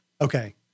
Okay